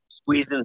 squeezing